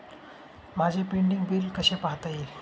माझे pending bill कसे पाहता येईल?